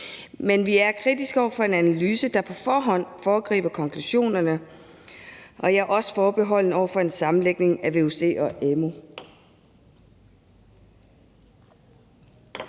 Men vi er kritiske over for en analyse, der på forhånd foregriber konklusionerne, og jeg er også forbeholden over for en sammenlægning af vuc og amu.